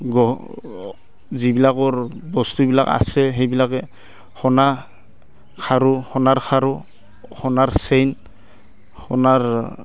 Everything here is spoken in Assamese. যিবিলাকৰ বস্তুবিলাক আছে সেইবিলাকে সোণ খাৰু সোণাৰ খাৰু সোণাৰ চেইন সোণাৰ